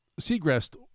seagrass